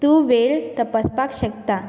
तूं वेळ तपासपाक शकता